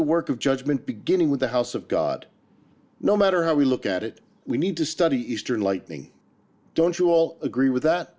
the work of judgment beginning with the house of god no matter how we look at it we need to study eastern lightning don't you all agree with that